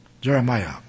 Jeremiah